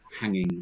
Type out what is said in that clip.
hanging